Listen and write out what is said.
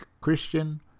Christian